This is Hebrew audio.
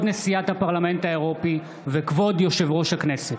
נשיאת הפרלמנט האירופי וכבוד יושב-ראש הכנסת.